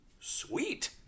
sweet